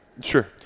Sure